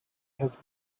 has